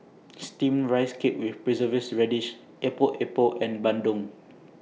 Steamed Rice Cake with Preserved Radish Epok Epok and Bandung